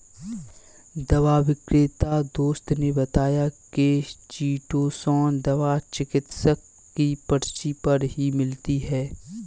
दवा विक्रेता दोस्त ने बताया की चीटोसोंन दवा चिकित्सक की पर्ची पर ही मिलती है